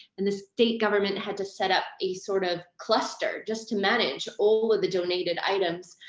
and the state government had to set up a sort of cluster just to manage all of the donated items.